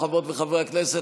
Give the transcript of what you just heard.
חברות וחברי הכנסת,